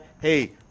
hey